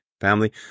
Family